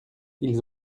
ils